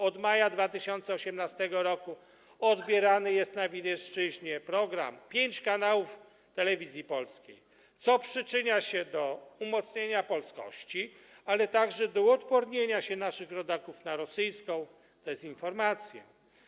Od maja 2018 r. odbierany jest na Wileńszczyźnie program pięciu kanałów Telewizji Polskiej, co przyczynia się do umocnienia polskości, ale także do uodpornienia się naszych rodaków na rosyjską dezinformację.